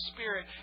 Spirit